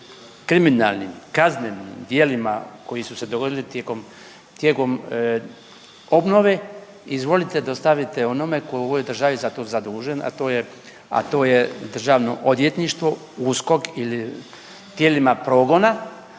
kriminalnim, kaznenim djelima koji su se dogodili tijekom obnove izvolite dostavite onome tko je u ovoj državi za to zadužen, a to je Državno odvjetništvo, USKOK ili tijelima progona.